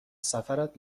سفرت